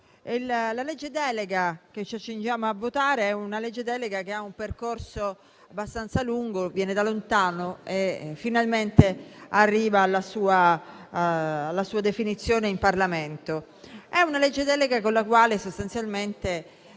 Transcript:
la legge delega che ci accingiamo a votare ha un percorso abbastanza lungo, viene da lontano e finalmente arriva alla sua definizione in Parlamento. È una legge delega con la quale sostanzialmente